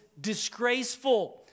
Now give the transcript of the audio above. disgraceful